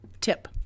tip